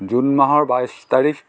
June মাহৰ বাইছ তাৰিখ